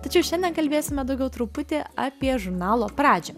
tačiau šiandien kalbėsime daugiau truputį apie žurnalo pradžią